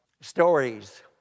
stories